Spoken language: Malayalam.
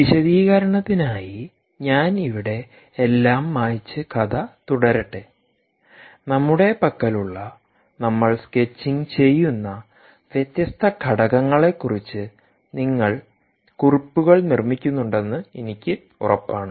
വിശദീകരണത്തിനായി ഞാൻ ഇവിടെ എല്ലാം മായ്ച്ച് കഥ തുടരട്ടെ നമ്മുടെ പക്കലുള്ള നമ്മൾ സ്കെച്ചിംഗ് ചെയ്യുന്ന വ്യത്യസ്ത ഘടകങ്ങളെക്കുറിച്ച് നിങ്ങൾ കുറിപ്പുകൾ നിർമ്മിക്കുന്നുണ്ടെന്ന് എനിക്ക് ഉറപ്പാണ്